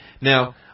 now